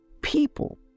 people